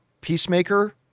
Peacemaker